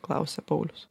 klausia paulius